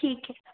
ठीक हइ